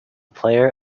player